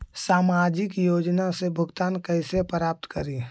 सामाजिक योजना से भुगतान कैसे प्राप्त करी?